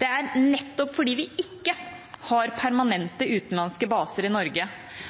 Det er nettopp fordi vi ikke har permanente utenlandske baser i Norge